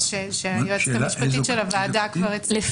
שהיועצת המשפטית של הוועדה כבר הצליחה